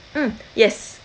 mm yes